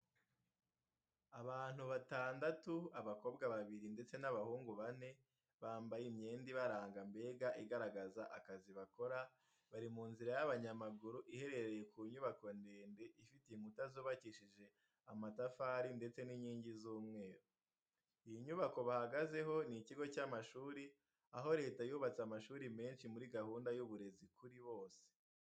Abantu batandatu, abakobwa babiri ndetse n’abahungu bane bambaye imyenda ibaranga mbega igaragaza akazi bakora, bari mu nzira y’abanyamaguru iherereye ku nyubako ndende, ifite inkuta zubakishije amatafari ndetse n’inkingi z’umweru. Iyi nyubako bahagazeho ni ikigo cy’amashuri, aho Leta yubatse amashuri menshi muri gahunda y’uburezi kuri bose.